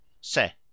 Se